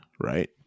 right